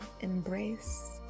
embrace